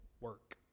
work